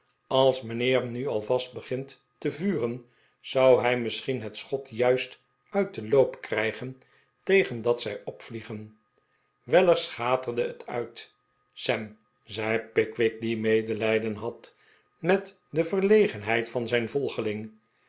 als mijnheer nu alvast begint te vuren zou hij misschien het schot juist uit den loop krijgen tegen dat zij opvliegen weller schaterde het uit sam zei pickwick die medelijden had met de verlegenheid van zijn volgeling